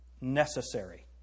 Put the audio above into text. necessary